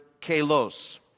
kalos